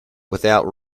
without